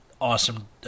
awesome